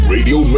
Radio